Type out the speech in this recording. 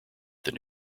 than